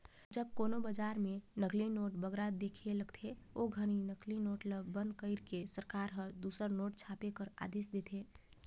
जब कोनो बजार में नकली नोट बगरा दिखे लगथे, ओ घनी नकली नोट ल बंद कइर के सरकार हर दूसर नोट छापे कर आदेस देथे